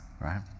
right